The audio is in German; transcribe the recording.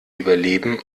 überleben